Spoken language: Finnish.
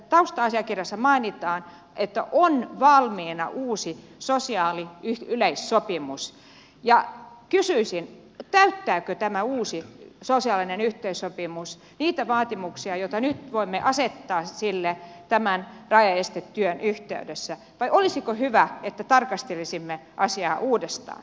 tausta asiakirjassa mainitaan että on valmiina uusi sosiaalinen yleissopimus ja kysyisin täyttääkö tämä uusi sosiaalinen yleissopimus niitä vaatimuksia joita nyt voimme asettaa sille tämän rajaestetyön yhteydessä vai olisiko hyvä että tarkastelisimme asiaa uudestaan